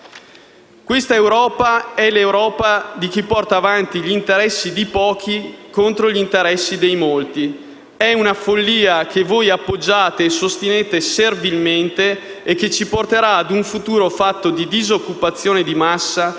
Questa è l'Europa di chi porta avanti gli interessi di pochi contro gli interessi dei molti, è una follia che voi appoggiate e sostenete servilmente e che ci porterà a un futuro fatto di disoccupazione di massa, di